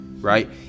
Right